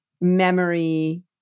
memory